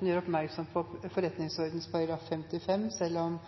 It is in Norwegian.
vil gjøre oppmerksom på forretningsordenen § 55. Selv om